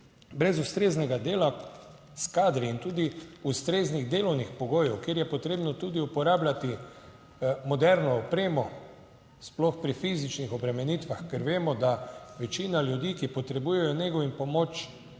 brez ustreznega dela s kadri in tudi ustreznih delovnih pogojev, kjer je potrebno tudi uporabljati moderno opremo, sploh pri fizičnih obremenitvah, ker vemo, da večina ljudi, ki potrebujejo nego in pomoč,